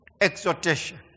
exhortation